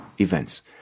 events